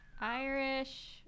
Irish